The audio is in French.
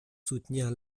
soutenir